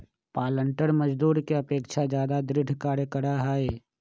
पालंटर मजदूर के अपेक्षा ज्यादा दृढ़ कार्य करा हई